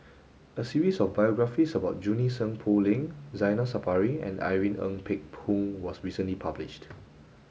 a series of biographies about Junie Sng Poh Leng Zainal Sapari and Irene Ng Phek Hoong was recently published